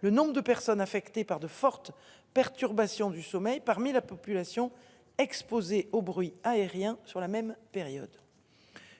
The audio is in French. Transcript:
le nombre de personnes affectées par de fortes perturbations du sommeil parmi la population exposée au bruit aérien sur la même période.